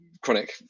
chronic